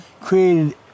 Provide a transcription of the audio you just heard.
created